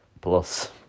plus